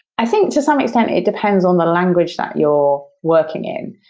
i think to some extent it depends on the language that you're working in.